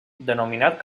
denominat